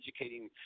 educating